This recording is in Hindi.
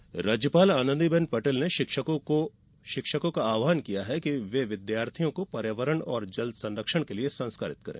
शिक्षक सम्मान राज्यपाल आनंदीबेन पटेल ने शिक्षकों का आव्हान किया है कि विद्यार्थियों को पर्यावरण और जल संरक्षण के लिये संस्कारित करें